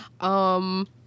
Um-